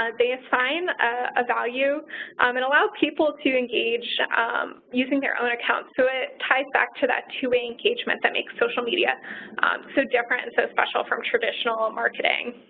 ah they assign a value um and allow people to engage using their own accounts, so it ties back to that two-way engagement that makes social media so different and so special from traditional marketing.